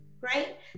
right